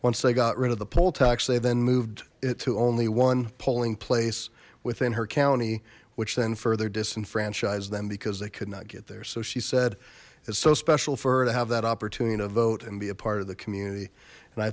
once they got rid of the poll tax they then moved it to only one polling place within her county which then further disenfranchised them because they could not get there so she said it's so special for her to have that opportunity to vote and be a part of the community and i